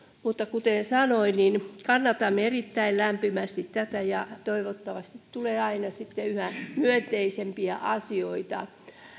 mutta kuten sanoin kannatamme erittäin lämpimästi tätä ja toivottavasti tulee aina sitten yhä myönteisempiä asioita